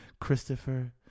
Christopher